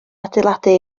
adeiladu